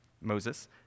Moses